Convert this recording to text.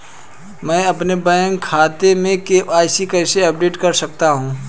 मैं अपने बैंक खाते में के.वाई.सी कैसे अपडेट कर सकता हूँ?